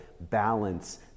balance